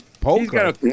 Poker